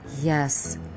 Yes